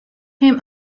him